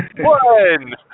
One